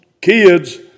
kids